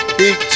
big